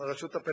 הרשות הפלסטינית: